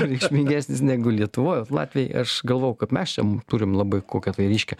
reikšmingesnis negu lietuvoj vat latviai aš galvojau kad mes čia turim labai kokią tai ryškią